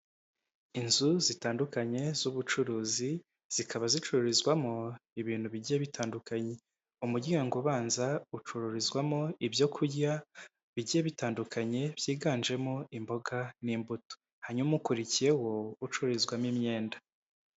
Inzu zitandukanye z'ubucuruzi zikaba zicururizwamo ibintu bigiye bitandukanye umuryango ubanza ucururizwamo ibyokurya bigiye bitandukanye byiganjemo imboga n'imbuto hanyuma ukurikiyeho ucururizwamo imyenda.